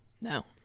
no